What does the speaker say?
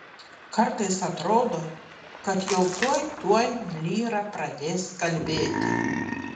kartais atrodo kad jau tuoj tuoj lyra pradės kalbėti